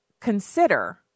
consider